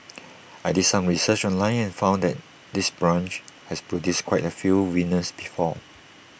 I did some research online and found that this branch has produced quite A few winners before